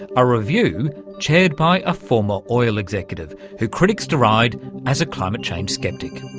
a review chaired by a former oil executive, who critics deride as a climate change sceptic.